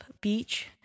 beach